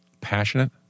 passionate